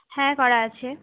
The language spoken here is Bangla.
হ্যাঁ করা আছে